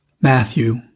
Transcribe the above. Matthew